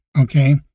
okay